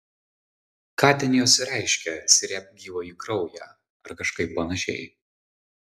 ką ten jos reiškia srėbk gyvąjį kraują ar kažkaip panašiai